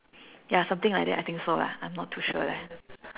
ya something like that I think so lah I am not too sure leh